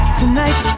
tonight